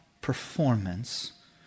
performance